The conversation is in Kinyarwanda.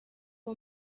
uwo